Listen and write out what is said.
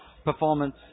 performance